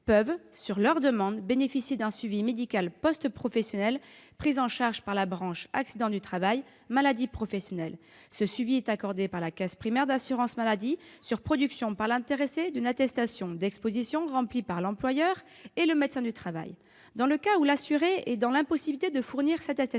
peuvent, sur leur demande, bénéficier d'un suivi médical post-professionnel, pris en charge par la branche accidents du travail et maladies professionnelles. Ce suivi est accordé par la caisse primaire d'assurance maladie sur production par l'intéressé d'une attestation d'exposition remplie par l'employeur et le médecin du travail. Dans le cas où l'assuré est dans l'impossibilité de fournir cette attestation,